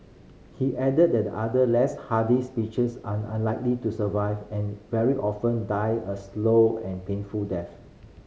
he added that other less hardy species are unlikely to survive and very often die a slow and painful death